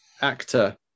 actor